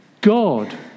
God